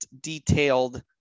detailed